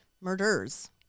murders